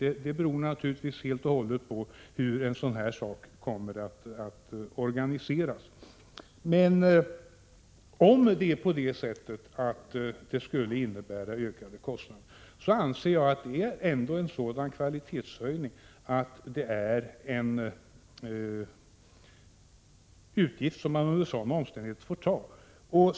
Det beror naturligtvis helt och hållet på hur det hela kommer att organiseras. Om det skulle innebära ökade kostnader, innebär det ändå en sådan kvalitetshöjning att man får acceptera en sådan utgift.